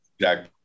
Jack